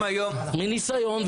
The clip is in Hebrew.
מניסיון,